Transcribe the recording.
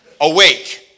awake